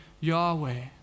Yahweh